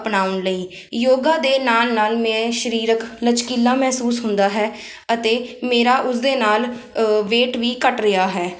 ਅਪਣਾਉਣ ਲਈ ਯੋਗਾ ਦੇ ਨਾਲ ਨਾਲ ਮੈਂ ਸਰੀਰਕ ਲਚਕੀਲਾ ਮਹਿਸੂਸ ਹੁੰਦਾ ਹੈ ਅਤੇ ਮੇਰਾ ਉਸਦੇ ਨਾਲ ਵੇਟ ਵੀ ਘੱਟ ਰਿਹਾ ਹੈ